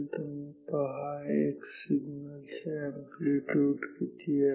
तुम्ही पहा x signal चे अॅम्प्लीट्यूड किती आहे